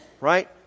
right